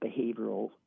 behavioral